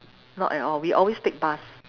not at all we always take bus